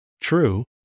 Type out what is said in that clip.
True